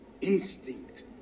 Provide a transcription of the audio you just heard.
instinct